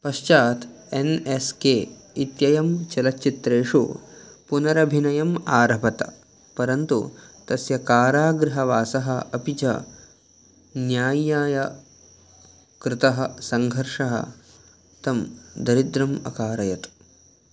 पश्चात् N S K इत्ययं चलच्चित्रेषु पुनरभिनयम् आरभत परन्तु तस्य कारागृहवासः अपि च न्याय्याय कृतः सङ्घर्षः तं दरिद्रम् अकारयत्